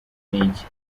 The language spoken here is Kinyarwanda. n’iki